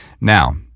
Now